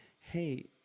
hey